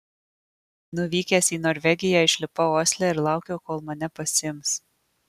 nuvykęs į norvegiją išlipau osle ir laukiau kol mane pasiims